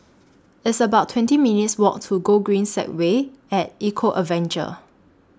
It's about twenty minutes Walk to Gogreen Segway Eco Adventure